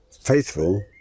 Faithful